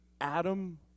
Adam